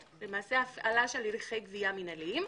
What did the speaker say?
על הפעלת הליכי גבייה מינהליים.